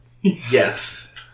Yes